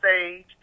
stage